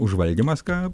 užvaldymas ką